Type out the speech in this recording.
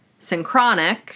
Synchronic